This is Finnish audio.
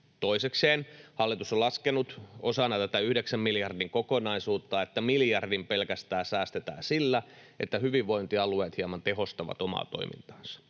Toisekseen hallitus on laskenut osana tätä yhdeksän miljardin kokonaisuutta, että miljardi säästetään pelkästään sillä, että hyvinvointialueet hieman tehostavat omaa toimintaansa.